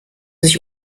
sich